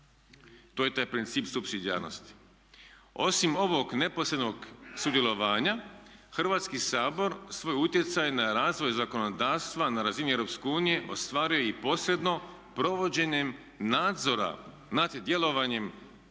To je taj princip supsidijarnosti. Osim ovog neposrednog sudjelovanja Hrvatski sabor svoj utjecaj na razvoj zakonodavstva na razini EU ostvaruje i posredno provođenjem nadzora nad djelovanjem